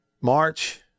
March